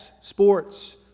sports